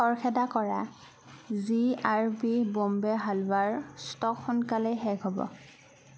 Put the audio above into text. খৰখেদা কৰা G R B Bombay হালৱাৰ ষ্টক সোনকালেই শেষ হ'ব